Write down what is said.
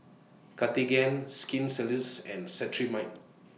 Cartigain Skin Ceuticals and Cetrimide